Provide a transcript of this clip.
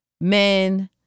men